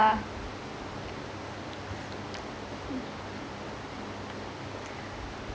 mm